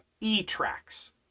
e-tracks